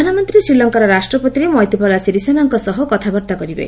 ପ୍ରଧାନମନ୍ତ୍ରୀ ଶ୍ରୀଲଙ୍କାର ରାଷ୍ଟ୍ରପତି ମୈତ୍ରୀପାଳ ସିରିସେନାଙ୍କ ସହ କଥାବାର୍ତ୍ତା କରିବେ